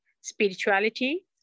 spirituality